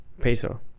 Peso